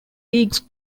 leagues